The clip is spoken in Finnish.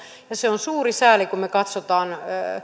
ja on suuri sääli että kun me katsomme